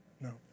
No